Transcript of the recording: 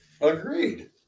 Agreed